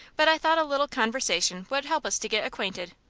but i thought a little conversation would help us to get acquainted.